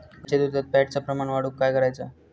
गाईच्या दुधात फॅटचा प्रमाण वाढवुक काय करायचा?